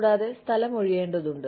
കൂടാതെ സ്ഥലം ഒഴിയേണ്ടതുണ്ട്